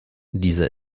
dieser